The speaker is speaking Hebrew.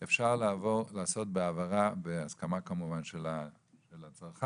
אפשר לעבור לעשות בהעברה, בהסכמה כמובן, של הצרכן,